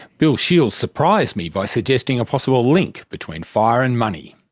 bill shields surprised me by suggesting a possible link between fire and money.